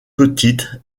petites